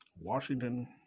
Washington